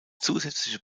zusätzliche